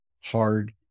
hard